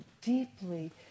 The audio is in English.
deeply